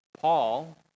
Paul